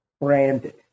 branded